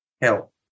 help